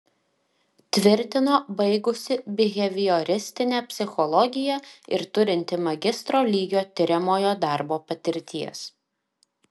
tvirtino baigusi bihevioristinę psichologiją ir turinti magistro lygio tiriamojo darbo patirties